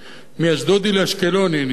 מאשדודי לאשקלוני אני רוצה